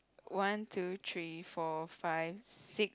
one two three four five six